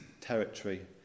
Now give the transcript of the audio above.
Territory